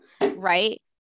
right